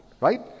right